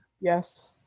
yes